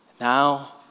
now